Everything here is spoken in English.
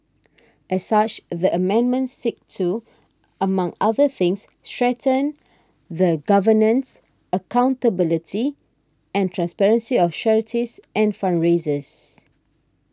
as such the amendments seek to among other things strengthen the governance accountability and transparency of charities and fundraisers